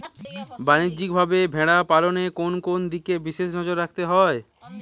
বাণিজ্যিকভাবে ভেড়া পালনে কোন কোন দিকে বিশেষ নজর রাখতে হয়?